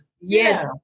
Yes